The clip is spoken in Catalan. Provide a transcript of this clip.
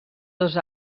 dos